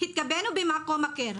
התחבאנו במקום אחר.